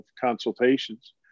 consultations